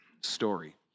story